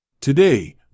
Today